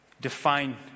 define